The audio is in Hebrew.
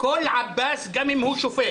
כולל כל עבאס, גם אם הוא שופט.